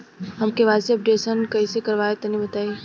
हम KYC updation कइसे करवाई तनि बताई?